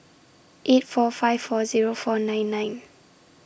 eight four five four Zero four nine nine